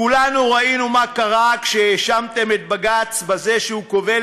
כולנו ראינו מה קרה כשהאשמתם את בג"ץ שהוא כובל